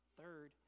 third